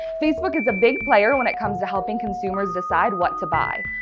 facebook is a big player when it comes to helping consumers decide what to buy.